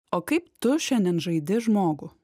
o kaip tu šiandien žaidi žmogų